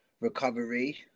recovery